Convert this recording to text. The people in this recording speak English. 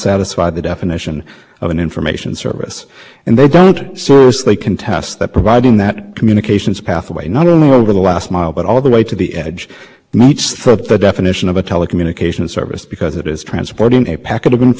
when it's used to facilitate the operation of a telecommunications service for example a database of names and telephone numbers one provided at white pages dot com is clearly an information service but when used to provide directory assistance by telephone company falls